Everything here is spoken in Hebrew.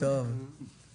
אז תוכלי להשים את ההסבר.